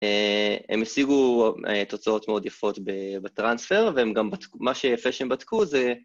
‫הם השיגו תוצאות מאוד יפות בטרנספר, ‫והם גם, מה שיפה שהם בדקו זה...